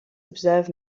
observe